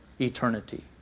eternity